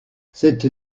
cette